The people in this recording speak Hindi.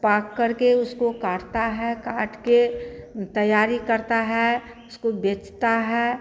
पकाकर के उसको काटते हैं काटकर तैयारी करते हैं उसको बेचते हैं